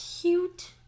cute